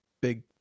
big